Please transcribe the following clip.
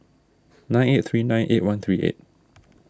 nine eight three nine eight one three eight